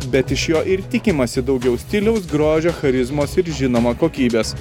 bet iš jo ir tikimasi daugiau stiliaus grožio charizmos ir žinoma kokybės